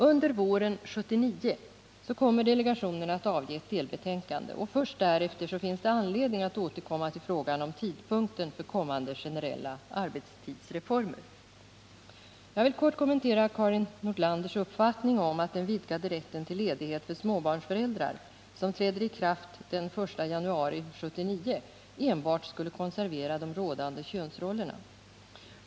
Under våren 1979 kommer delegationen att avge ett delbetänkande. Först därefter finns det anledning att återkomma till frågan om tidpunkten för kommande generella arbetstidsreformer. Jag vill kort kommentera Karin Nordlanders uppfattning om att den vidgade rätten till ledighet för småbarnsföräldrar som träder i kraft den 1 januari 1979 enbart skulle konservera de rådande könsrollerna.